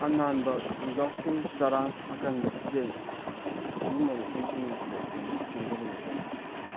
ꯑꯅꯥꯟꯕ ꯅꯨꯡꯖꯥꯎꯁꯤꯡ ꯆꯔꯥꯡ ꯑꯀꯟꯕ ꯏꯆꯦꯜ ꯑꯁꯤꯒꯨꯝꯕ ꯃꯐꯝꯁꯤꯡ ꯑꯁꯤꯗ ꯑꯩꯈꯣꯏꯅ ꯆꯪꯗꯕꯅ ꯐꯩ